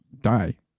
die